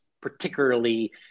particularly